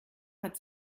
hat